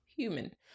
human